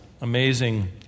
amazing